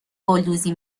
گلدوزی